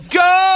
go